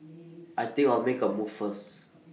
I think I'll make A move first